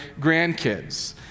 grandkids